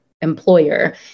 employer